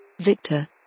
Victor